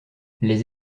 les